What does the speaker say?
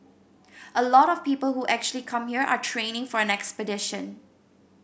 a lot of people who actually come here are training for an expedition